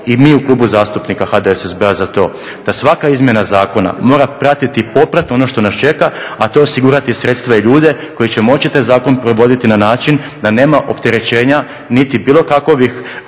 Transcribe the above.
i mi u Klubu zastupnika HDSSB-a za to, da svaka izmjena zakona mora pratiti popratno ono što nas čeka, a to je osigurati sredstva i ljude koji će moći taj zakon provoditi na način da nema opterećenja niti bilo kakovih